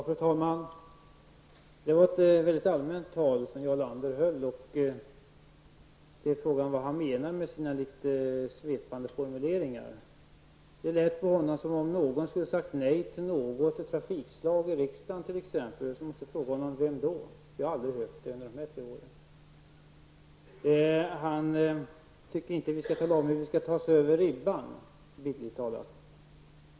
Fru talman! Det var ett väldigt allmänt tal som Jarl Lander höll. Frågan är vad han menar med sina litet svepande formuleringar. Det lät på honom som om någon i riksdagen skulle ha sagt nej till något trafikslag. Jag måste fråga: Vem har gjort det? Jag har under dessa tre år inte sett någon göra det. Jarl Lander tyckte inte att vi skulle tala om hur vi skulle ta oss över ribban, bildligt talat!